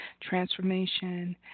transformation